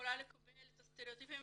יכולה לקבל את הסטריאוטיפים